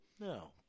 No